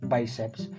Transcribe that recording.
Biceps